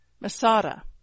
Masada